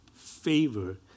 favor